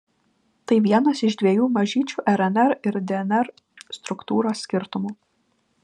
tai vienas iš dviejų mažyčių rnr ir dnr struktūros skirtumų